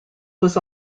was